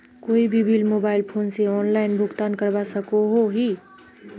कोई भी bill mobile phone से ऑनलाइन भुगतान करवा सकोहो ही?